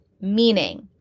meaning